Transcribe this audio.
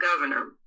governor